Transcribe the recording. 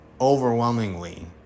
overwhelmingly